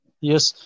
Yes